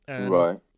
Right